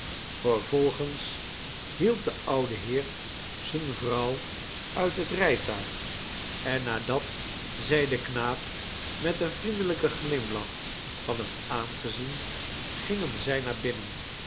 vervolgens hielp de oude heer zijne vrouw uit het rijtuig en nadat zij den knaap met een vriendelijken glimlach hadden aangezien gingen zij naar binnen